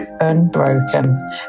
Unbroken